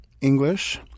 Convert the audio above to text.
English